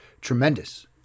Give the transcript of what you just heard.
tremendous